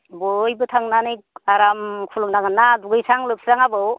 बयबो थांनानै आराम खुलुमनांगोनना दुगैस्रां लोबस्रां आबौ